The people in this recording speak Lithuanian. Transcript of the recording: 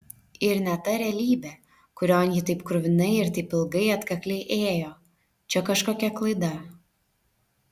ir ne ta realybė kurion ji taip kruvinai ir taip ilgai atkakliai ėjo čia kažkokia klaida